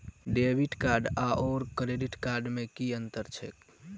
Debit card आओर credit card मे की अन्तर छैक?